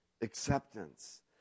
acceptance